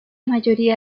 mayoría